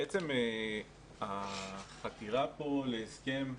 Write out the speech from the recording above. החתירה להסכם,